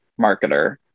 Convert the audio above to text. marketer